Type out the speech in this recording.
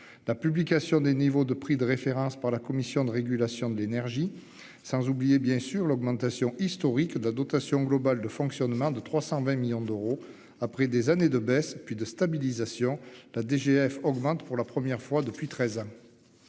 La publication des niveaux de prix de référence par la Commission de régulation de l'énergie sans oublier bien sûr l'augmentation historique de la dotation globale de fonctionnement de 320 millions d'euros. Après des années de baisse, puis de stabilisation la DGF augmente pour la première fois depuis 13 ans.